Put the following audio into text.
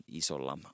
isolla